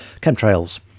chemtrails